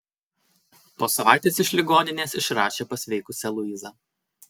po savaitės iš ligoninės išrašė pasveikusią luizą